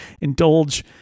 indulge